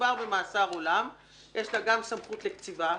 כשמדובר במאסר עולם יש לה גם סמכות לקציבה,